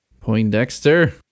poindexter